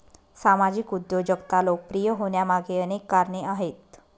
सामाजिक उद्योजकता लोकप्रिय होण्यामागे अनेक कारणे आहेत